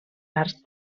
arts